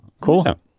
cool